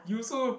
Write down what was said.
you also